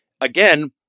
again